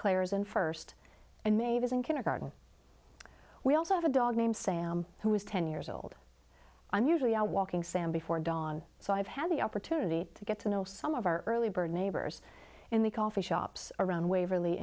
and first and mavis in kindergarten we also have a dog named sam who is ten years old i'm usually out walking sam before dawn so i've had the opportunity to get to know some of our early bird neighbors in the coffee shops around waverl